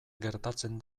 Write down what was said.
gertatzen